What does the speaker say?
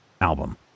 album